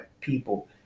people